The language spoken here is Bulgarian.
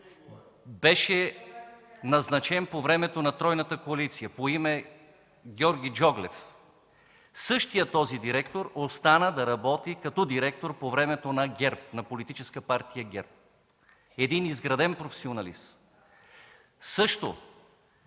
беше назначен по времето на тройната коалиция, по име Георги Джоглев. Същият този директор остана да работи като директор по времето на Политическа партия ГЕРБ – един изграден професионалист. Също